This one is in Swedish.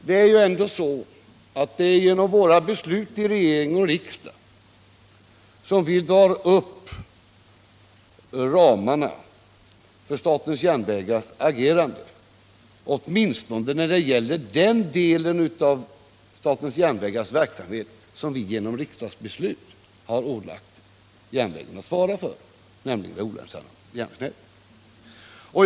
Det är ju ändå genom beslut i regering och riksdag som vi drar upp ramarna för statens järnvägars agerande, åtminstone när det gäller den del av verksamheten som vi genom riksdagsbeslut har ålagt SJ att svara för, bl.a. det olönsamma järnvägsnätet.